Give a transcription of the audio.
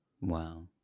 Wow